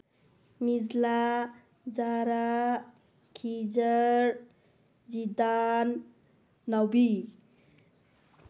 ꯃꯤꯖꯂꯥ ꯖꯥꯔꯥ ꯈꯤꯖꯔ ꯖꯤꯗꯥꯟ ꯅꯥꯎꯕꯤ